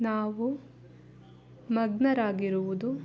ನಾವು ಮಗ್ನರಾಗಿರುವುದು